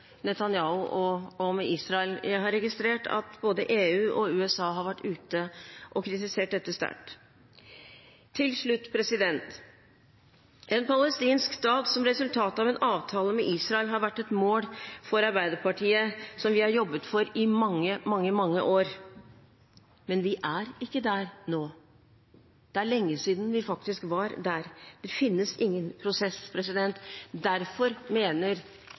og Israel? Jeg har registrert at både EU og USA har vært ute og kritisert dette sterkt. Til slutt: En palestinsk stat som resultat av en avtale med Israel har for Arbeiderpartiet vært et mål som vi har jobbet for i mange, mange år. Men vi er ikke der nå. Det er lenge siden vi faktisk var der. Det finnes ingen prosess. Derfor mener